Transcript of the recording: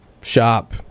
shop